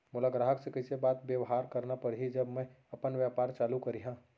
मोला ग्राहक से कइसे बात बेवहार करना पड़ही जब मैं अपन व्यापार चालू करिहा?